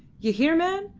you hear, man!